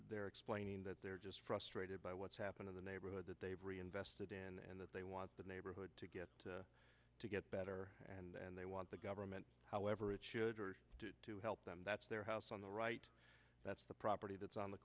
there explaining that they're just frustrated by what's happened in the neighborhood that they've really invested in and that they want the neighborhood to get to get better and they want the government however it should do to help them that's their house on the right that's the property that's on the